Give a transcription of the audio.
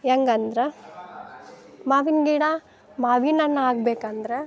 ಹೆಂಗಂದ್ರೆ ಮಾವಿನ ಗಿಡ ಮಾವಿನಣ್ಣು ಆಗ್ಬೇಕಂದ್ರೆ